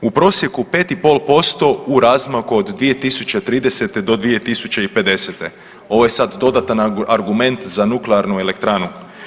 U prosjeku 5,5% u razmaku od 2030. do 2050. ovo je sad dodatan argument za nuklearnu elektranu.